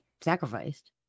sacrificed